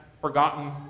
forgotten